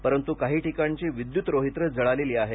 परंतु काही ठिकाणची विद्युत रोहित्र जळालेली आहेत